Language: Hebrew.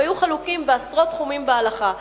הם היו חלוקים בעשרות תחומים בהלכה.